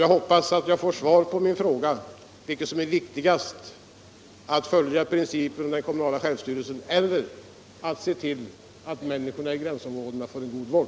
Jag hoppas att jag nu får svar på min fråga om vilket som är viktigast, att följa principen om den kommunala självstyrelsen eller se till att människorna i gränsområdena får god vård.